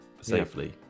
safely